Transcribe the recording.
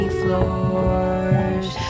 floors